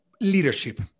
Leadership